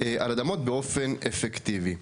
על אדמות באופן אפקטיבי.